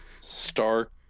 Stark